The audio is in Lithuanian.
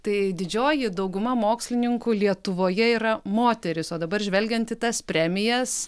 tai didžioji dauguma mokslininkų lietuvoje yra moterys o dabar žvelgiant į tas premijas